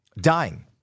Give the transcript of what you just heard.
dying